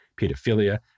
pedophilia